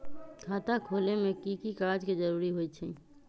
खाता खोले में कि की कागज के जरूरी होई छइ?